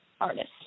artists